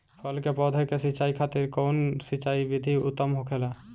फल के पौधो के सिंचाई खातिर कउन सिंचाई विधि उत्तम होखेला?